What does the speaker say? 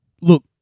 Look